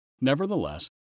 Nevertheless